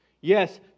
Yes